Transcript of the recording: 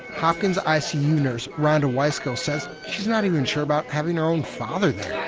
hopkins icu nurse rhonda wyskiel says she's not even sure about having her own father there.